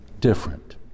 different